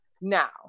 now